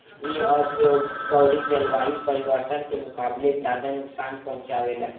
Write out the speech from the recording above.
इ औधोगिक अउरी जलवायु परिवर्तन के मुकाबले ज्यादा नुकसान पहुँचावे ला